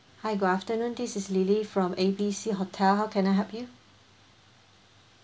hi good afternoon this is lily from A B C hotel how can I help you